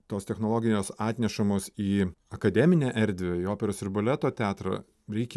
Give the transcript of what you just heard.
tos technologijos atnešamos į akademinę erdvę į operos ir baleto teatrą reikia